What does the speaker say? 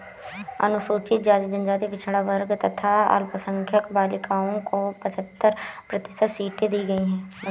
अनुसूचित जाति, जनजाति, पिछड़ा वर्ग तथा अल्पसंख्यक बालिकाओं को पचहत्तर प्रतिशत सीटें दी गईं है